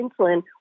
insulin